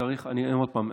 עוד פעם,